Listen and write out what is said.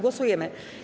Głosujemy.